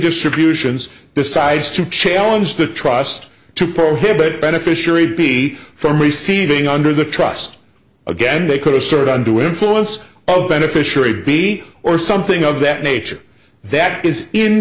distributions decides to challenge the trust to prohibit beneficiary b from receiving under the trust again they could assert undue influence of beneficiary b or something of that nature that is in